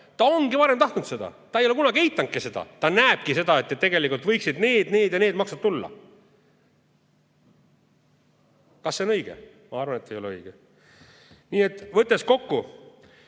ta ongi varem tahtnud seda, ta ei ole kunagi eitanudki seda, ta näebki seda, et tegelikult võiksid need, need ja need maksud tulla. Kas see on õige? Ma arvan, et ei ole õige. Võttes kokku: